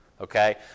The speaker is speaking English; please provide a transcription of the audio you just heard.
okay